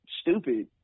stupid